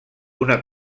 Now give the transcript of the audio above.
una